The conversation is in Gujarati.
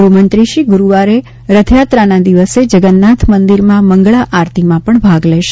ગૃહમંત્રી શ્રી ગુરૂવારે રથયાત્રાના દિવસે જગન્નાથ મંદિરમાં મંગળા આરતીમાં પણ ભાગ લેશે